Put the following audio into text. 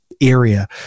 area